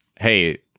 Hey